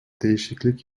değişiklik